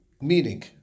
Meaning